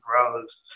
grows